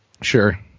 Sure